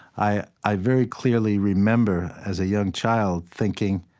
i i very clearly remember as a young child thinking